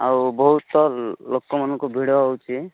ଆଉ ବହୁତ ଲୋକମାନଙ୍କ ଭିଡ଼ ହେଉଛି